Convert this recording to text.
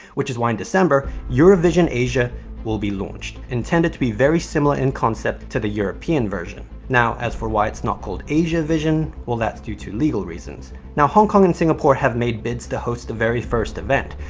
which is why in december, eurovision asia will be launched, intended to be very similar in concept to the european version. now, as for why it's not called asiavision, well, that's due to legal reasons. now, hong kong and singapore have made bids to host the very first event,